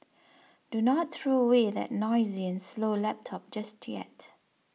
do not throw away that noisy and slow laptop just yet